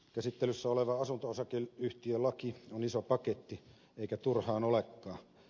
käsittelyssä oleva asunto osakeyhtiölaki on iso paketti eikä turhaan olekaan